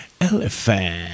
Elephant